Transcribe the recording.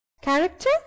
character